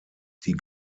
die